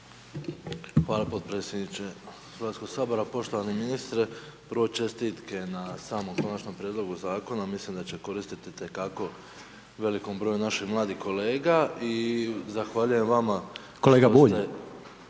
Hvala potpredsjedniče HS-a. Poštovani ministre, prvo čestitke na samom Konačnom prijedlogu Zakona, mislim da će koristiti itekako velikom broju naših mladih kolega i zahvaljujem vama…/Upadica: Kolega